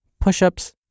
push-ups